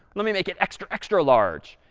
let me make it extra, extra large.